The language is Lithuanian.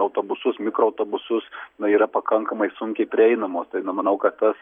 autobusus mikroautobusus na yra pakankamai sunkiai prieinamos tai na manau kad tas